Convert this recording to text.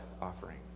offering